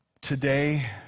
today